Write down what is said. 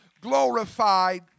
glorified